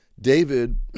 David